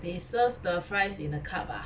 they serve the fries in a cup ah